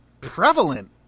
prevalent